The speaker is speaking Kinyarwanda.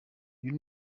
uyu